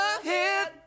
ahead